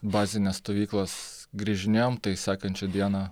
bazinės stovyklos grįžinėjom tai sekančią dieną